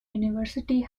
university